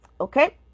okay